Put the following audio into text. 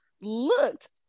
looked